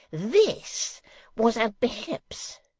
this was a bishop's.